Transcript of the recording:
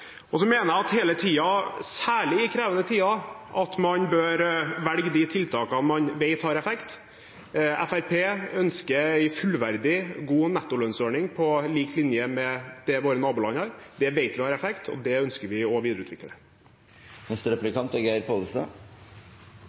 Så mener jeg at man hele tiden, særlig i krevende tider, bør velge de tiltakene man vet har effekt. Fremskrittspartiet ønsker en fullverdig, god nettolønnsordning på lik linje med det våre naboland har. Det vet vi har effekt, og det ønsker vi å videreutvikle. Den norske sjømannen, sjøfolk, er